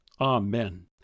Amen